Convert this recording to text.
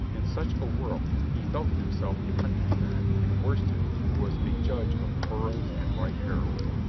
in such a world he felt himself the country lad in worsted who was a judge of furrows and right harrowing.